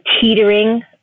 teetering